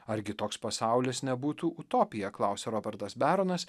argi toks pasaulis nebūtų utopija klausia robertas beronas